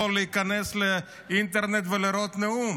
יכול להיכנס לאינטרנט ולראות את הנאום